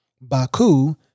Baku